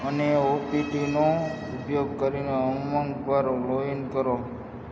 અને ઓટીપીનો ઉપયોગ કરીને ઉમંગ પર લોગ ઇન કરો